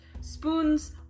spoons